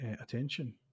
attention